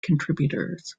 contributors